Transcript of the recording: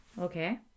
Okay